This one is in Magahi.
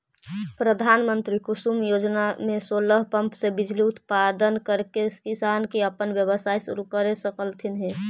प्रधानमंत्री कुसुम योजना में सोलर पंप से बिजली उत्पादन करके किसान अपन व्यवसाय शुरू कर सकलथीन हे